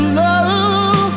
love